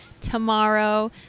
tomorrow